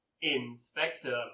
Inspector